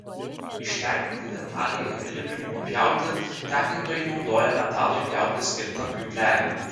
ištekintai detalei ar dirbiniui nupjauti tekintojai naudoja metalui pjauti skirtą pjūklelį